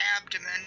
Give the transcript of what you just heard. abdomen